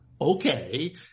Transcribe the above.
Okay